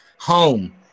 home